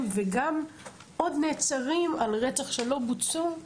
וגם עוד נעצרים על רצח שהם לא ביצעו,